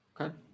Okay